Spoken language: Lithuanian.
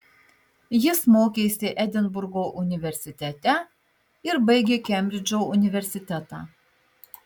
jis mokėsi edinburgo universitete ir baigė kembridžo universitetą